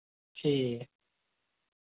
ठीक ऐ